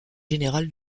générale